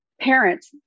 parents